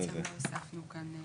יש לה עוד צרכים.